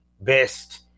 best